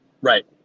Right